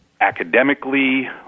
academically